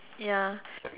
ya